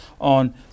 on